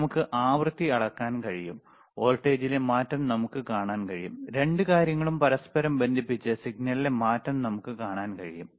നമുക്ക് ആവൃത്തി അളക്കാൻ കഴിയും വോൾട്ടേജിലെ മാറ്റം നമുക്ക് കാണാൻ കഴിയും രണ്ട് കാര്യങ്ങളും പരസ്പരം ബന്ധിപ്പിച്ച് സിഗ്നലിലെ മാറ്റം നമുക്ക് കാണാൻ കഴിയും